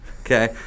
Okay